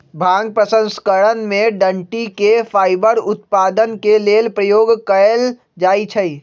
भांग प्रसंस्करण में डनटी के फाइबर उत्पादन के लेल प्रयोग कयल जाइ छइ